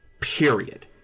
Period